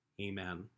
Amen